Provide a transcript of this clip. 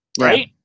Right